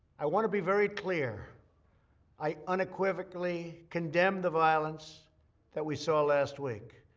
i want to be very clear i unequivocally condemn the violence that we saw last week.